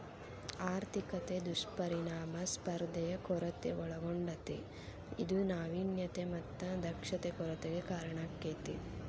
ಆರ್ಥಿಕತೆ ದುಷ್ಪರಿಣಾಮ ಸ್ಪರ್ಧೆಯ ಕೊರತೆ ಒಳಗೊಂಡತೇ ಇದು ನಾವಿನ್ಯತೆ ಮತ್ತ ದಕ್ಷತೆ ಕೊರತೆಗೆ ಕಾರಣಾಕ್ಕೆತಿ